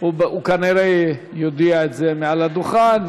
הוא כנראה יודיע את זה מעל הדוכן,